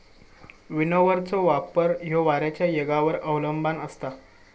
विनोव्हरचो वापर ह्यो वाऱ्याच्या येगावर अवलंबान असता